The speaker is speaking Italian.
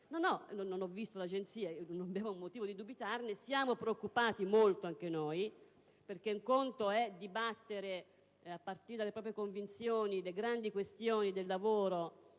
Non ho visto le agenzie, ma non abbiamo motivo di dubitarne. Siamo molto preoccupati anche noi, perché un conto è dibattere, a partire dalle proprie convinzioni, le grandi questione del lavoro,